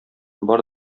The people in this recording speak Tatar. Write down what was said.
бар